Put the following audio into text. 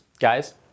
Guys